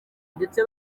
ndetse